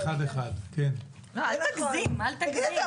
אדוני היושב-ראש,